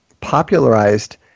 popularized